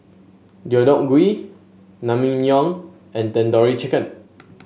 Deodeok Gui Naengmyeon and Tandoori Chicken